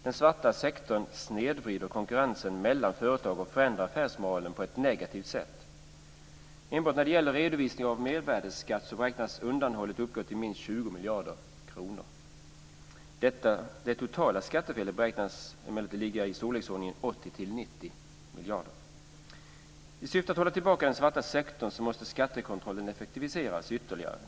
Den svarta sektorn snedvrider konkurrensen mellan företag och förändrar affärsmoralen på ett negativt sätt. Enbart när det gäller redovisning av mervärdesskatt beräknas undanhållandet uppgå till minst 20 miljarder kronor. Det totala skattefelet beräknas ligga i storleksordningen 80-90 miljarder per år. I syfte att hålla tillbaka den svarta sektorn måste man effektivisera skattekontrollen ytterligare.